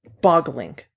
boggling